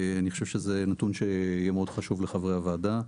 אני חושב שזה נתון שיהיה מאוד חשוב לחברי הוועדה.